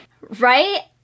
right